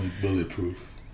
bulletproof